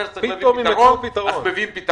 ברגע שהשר אומר שצריך למצוא פתרון אז מביאים פתרון.